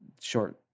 short